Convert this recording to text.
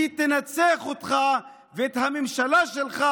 היא תנצח אותך ואת הממשלה שלך.